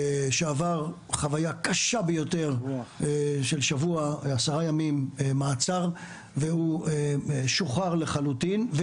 שעבר חוויה קשה ביותר של עשרה ימים מעצר והוא שוחרר לחלוטין,